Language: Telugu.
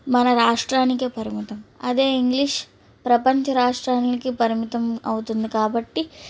మన రాష్ట్రానికే పరిమితం అదే ఇంగ్లీష్ ప్రపంచ రాష్ట్రాలకి పరిమితం అవుతుంది కాబట్టి